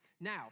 Now